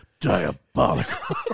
Diabolical